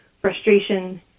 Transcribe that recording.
frustration